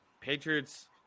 Patriots